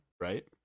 right